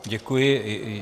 Děkuji.